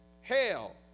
hell